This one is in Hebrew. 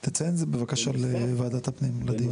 עדן, תציין את זה בבקשה לוועדת הפנים לדיון.